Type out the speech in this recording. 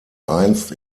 einst